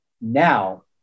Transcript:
now